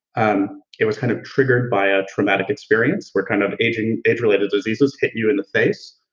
um it was kind of triggered by a traumatic experience where kind of age-related age-related diseases hit you in the face,